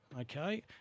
okay